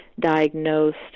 diagnosed